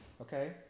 okay